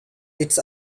its